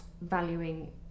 valuing